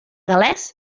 gal·lès